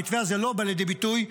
המתווה הזה לא בא לידי ביטוי,